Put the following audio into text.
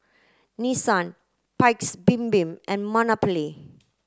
Nissan Paik's Bibim and Monopoly